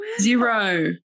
Zero